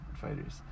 fighters